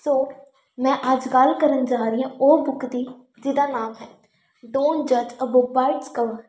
ਸੋ ਮੈਂ ਅੱਜ ਗੱਲ ਕਰਨ ਜਾ ਰਹੀ ਹਾਂ ਉਹ ਬੁੱਕ ਦੀ ਜਿਹਦਾ ਨਾਮ ਹੈ ਡੋਂਟ ਜੱਜ a book by its cover